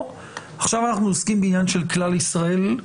עכשיו אנחנו עוסקים בעניין של כלל ישראל.